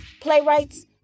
playwrights